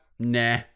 Nah